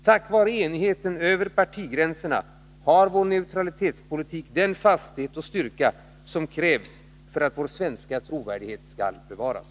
Tack vare enigheten över partigränserna har vår neutralitetspolitik den fasthet och styrka som krävs för att vår svenska trovärdighet skall bevaras.